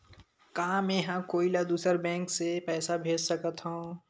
का मेंहा कोई ला दूसर बैंक से पैसा भेज सकथव?